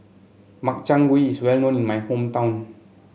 Makchang Gui is well known in my hometown